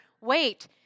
wait